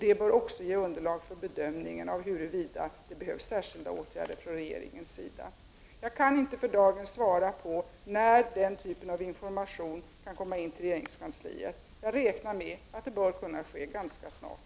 Det bör också ge underlag för bedömningen av huruvida det behövs särskilda åtgärder från regeringens sida. Jag kan inte för dagen svara på när den typen av information kan komma in till regeringskansliet. Jag räknar med att det bör kunna ske ganska snart.